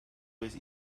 with